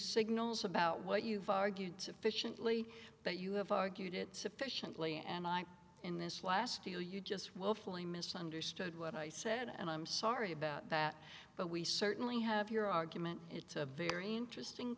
signals about what you've argued sufficiently that you have argued it sufficiently and i in this last year you just woefully misunderstood what i said and i'm sorry about that but we certainly have your argument it's a very interesting